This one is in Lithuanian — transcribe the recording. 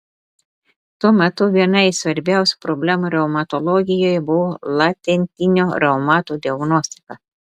tuo metu viena iš svarbiausių problemų reumatologijoje buvo latentinio reumato diagnostika